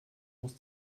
muss